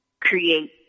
create